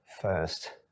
first